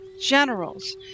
generals